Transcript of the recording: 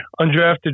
undrafted